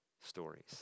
stories